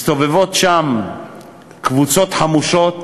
מסתובבות שם קבוצות חמושות,